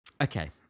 okay